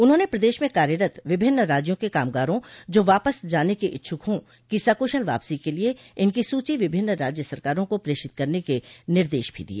उन्होंने प्रदेश में कार्यरत विभिन्न राज्यों के कामगारों जो वापस जाने के इच्छुक हों की सकुशल वापसी के लिए इनकी सूची विभिन्न राज्य सरकारों को प्रेषित करने के निर्देश भी दिए